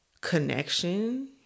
connection